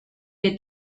que